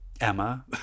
Emma